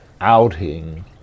outing